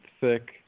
thick